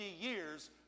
years